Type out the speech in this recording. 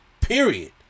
Period